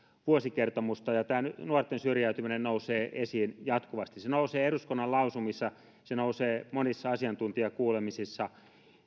vuosikertomusta ja tämä nuorten syrjäytyminen nousee esiin jatkuvasti se nousee eduskunnan lausumissa se nousee monissa asiantuntijakuulemisissa